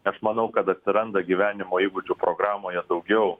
aš manau kad atsiranda gyvenimo įgūdžių programoje daugiau